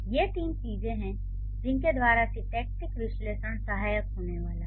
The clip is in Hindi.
ये तीन चीजें हैं जिनके द्वारा सिंटैक्टिक विश्लेषण सहायक होने वाला है